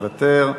מוותר,